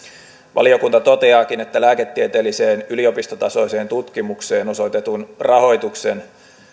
valiokunta toteaakin että lääketieteelliseen yliopistotasoiseen tutkimukseen osoitetun rahoituksen